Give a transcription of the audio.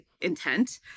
intent